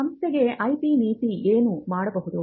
ಸಂಸ್ಥೆಗೆ ಐಪಿ ನೀತಿ ಏನು ಮಾಡಬಹುದು